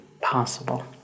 possible